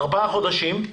ארבעה חודשים,